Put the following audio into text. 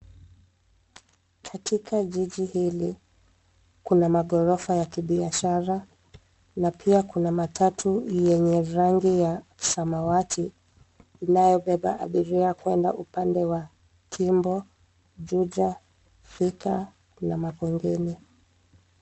Katika jiji hili kuna magorofa ya kibiashara na pia kuna matatu yenye rangi ya samawati inayobeba abiria kwenda upande wa Kimbo, Juja, Thika na Makongeni.